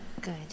Good